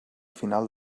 final